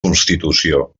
constitució